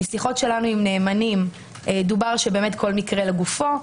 משיחות שלנו עם נאמנים דובר על כך שכל מקרה לגופו.